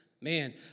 man